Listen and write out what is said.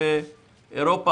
אתה אמרת את זה כבר בתחילת דבריך,